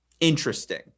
interesting